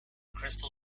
crystal